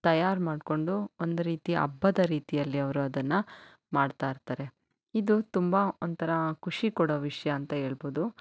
ತಯಾರು ಮಾಡಿಕೊಂಡು ಒಂದು ರೀತಿ ಹಬ್ಬದ ರೀತಿಯಲ್ಲಿ ಅವರು ಅದನ್ನು ಮಾಡ್ತಾಯಿರ್ತಾರೆ ಇದು ತುಂಬ ಒಂಥರ ಖುಷಿ ಕೊಡೋ ವಿಷಯ ಅಂತ ಹೇಳ್ಬೊದು